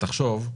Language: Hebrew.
תחשוב,